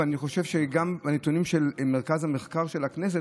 ואני חושב שאלה גם הנתונים של מרכז המחקר של הכנסת,